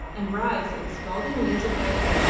and rise in scalding waves about him,